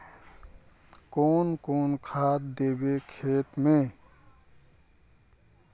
कौन कौन खाद देवे खेत में?